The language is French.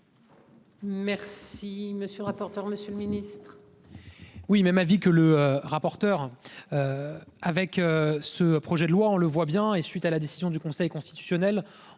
Merci monsieur rapporteur Monsieur le Ministre. Oui même avis que le rapporteur. Avec ce projet de loi, on le voit bien, et suite à la décision du Conseil constitutionnel,